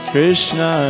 Krishna